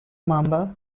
mama